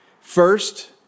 First